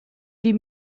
die